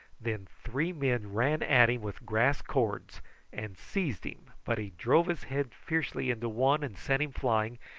then three men ran at him with grass cords and seized him, but he drove his head fiercely into one and sent him flying,